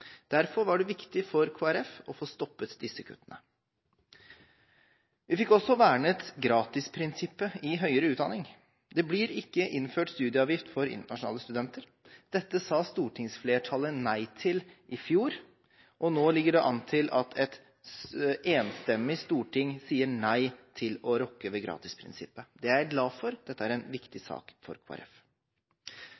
Derfor var det viktig for Kristelig Folkeparti å få stoppet disse kuttene. Vi fikk også vernet gratisprinsippet i høyere utdanning. Det blir ikke innført studieavgift for internasjonale studenter. Dette sa stortingsflertallet nei til i fjor, og nå ligger det an til at et enstemmig storting sier nei til å rokke ved gratisprinsippet. Det er jeg glad for – dette er en viktig